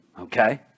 Okay